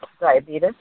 diabetes